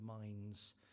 minds